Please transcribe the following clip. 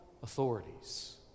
authorities